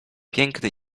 piękny